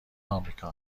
آمریکا